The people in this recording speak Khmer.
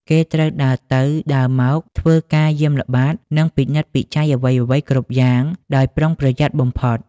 គេត្រូវដើរទៅដើរមក ធ្វើការយាមល្បាត និងពិនិត្យពិច័យអ្វីៗគ្រប់យ៉ាងដោយប្រុងប្រយ័ត្នបំផុត។